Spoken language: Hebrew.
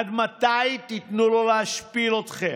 עד מתי תיתנו לו להשפיל אתכם?